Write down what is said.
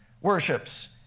worships